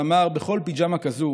ואמר: בכל פיג'מה כזאת